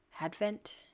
Advent